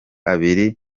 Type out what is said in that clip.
abiri